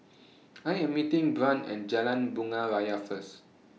I Am meeting Brant and Jalan Bunga Raya First